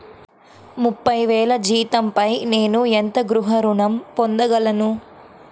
ముప్పై వేల జీతంపై నేను ఎంత గృహ ఋణం పొందగలను?